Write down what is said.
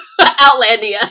Outlandia